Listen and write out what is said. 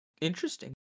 interesting